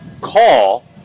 call